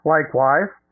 Likewise